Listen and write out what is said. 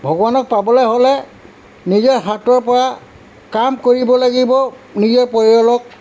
ভগৱানক পাবলৈ হ'লে নিজে হাৰ্টৰ পৰা কাম কৰিব লাগিব নিজৰ পৰিয়ালক